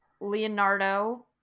leonardo